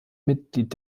mitglied